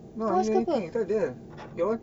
no I didn't do anything tak ada your [one]